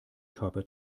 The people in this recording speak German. körper